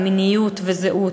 על מיניות וזהות,